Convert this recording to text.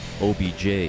OBJ